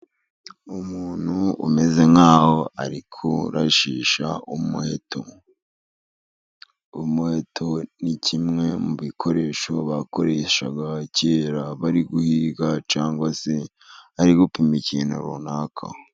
Umuntu umeze nk'aho ari kurashisha umuheto. Umuheto ni kimwe mu bikoresho bakoreshaga kera bari guhiga, cyangwa se bari gupima ikintu runaka.